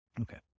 Okay